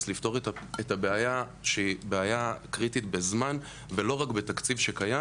לפתור את הבעיה שהיא בעיה קריטית בזמן ולא רק בתקציב שקיים.